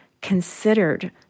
considered